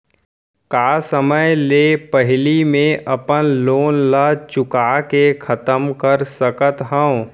का समय ले पहिली में अपन लोन ला चुका के खतम कर सकत हव?